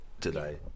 today